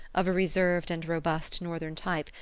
of a reserved and robust northern type,